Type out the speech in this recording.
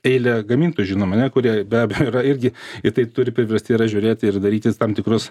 eilę gamintojų žinoma ane kurie be abejo yra irgi į tai turi priversti yra žiūrėti ir daryti tam tikrus